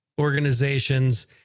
organizations